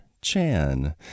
Chan